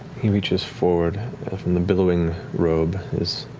he reaches forward from the billowing robe, his